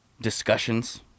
discussions